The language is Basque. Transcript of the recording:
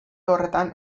horretan